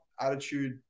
attitude